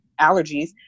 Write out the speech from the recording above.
allergies